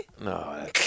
No